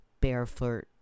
barefoot